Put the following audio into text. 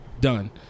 done